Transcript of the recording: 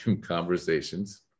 conversations